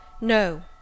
No